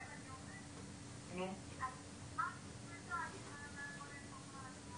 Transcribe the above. אני רק מבקשת לקבל איזשהו פתרון איך אנחנו יכולים שהאוכלוסייה הבוגרת,